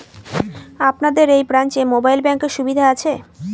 আপনাদের এই ব্রাঞ্চে মোবাইল ব্যাংকের সুবিধে আছে?